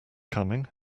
coming